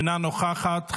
אינה נוכחת.